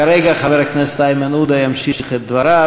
כרגע חבר הכנסת איימן עודה ימשיך את דבריו.